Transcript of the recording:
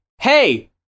hey